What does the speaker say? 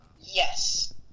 Yes